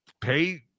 pay